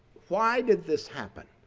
why did this happen?